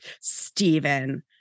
Stephen